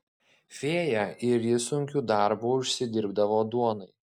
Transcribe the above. fėja ir ji sunkiu darbu užsidirbdavo duonai